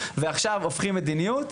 ועכשיו הופכים מדיניות,